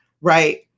right